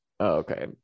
okay